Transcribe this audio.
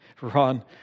Ron